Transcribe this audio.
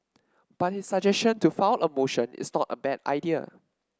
but his suggestion to file a motion is not a bad idea